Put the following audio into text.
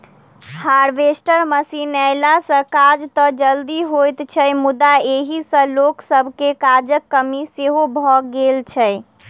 harvester machine अयला सॅ काज त जल्दी होइत छै मुदा एहि सॅ लोक सभके काजक कमी सेहो भ गेल छै